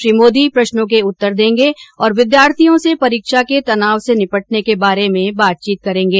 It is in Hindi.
श्री मोदी प्रश्नों के उत्तर देंगे और विद्यार्थियों से परीक्षा के तनाव से निपटने के बारे में बातचीत करेंगे